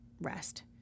rest